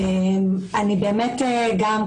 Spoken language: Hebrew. אני באמת גם,